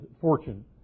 fortune